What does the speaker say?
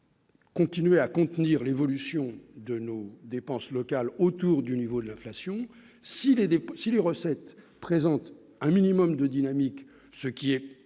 Continuer à contenir l'évolution de nous dépenses locales autour du niveau de l'inflation, si les dépenses si les recettes présente un minimum de dynamique, ce qui est